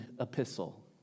epistle